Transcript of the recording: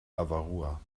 avarua